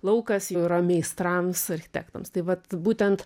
laukas jau yra meistrams architektams tai vat būtent